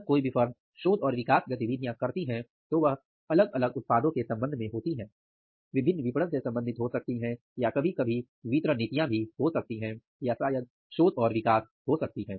जब कोई भी फर्म शोध और विकास गतिविधियों करती है तो वह अलग अलग उत्पादों के संबंध में होती है अलग अलग विपणन से सम्बंधित हो सकती है या कभी कभी वितरण नीतियां भी हो सकती हैं या शायद शोध और विकास हो सकती हैं